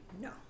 No